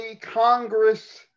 Congress